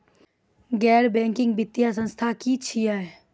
गैर बैंकिंग वित्तीय संस्था की छियै?